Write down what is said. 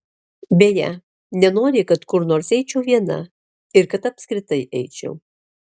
beje nenori kad kur nors eičiau viena ir kad apskritai eičiau